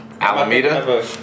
Alameda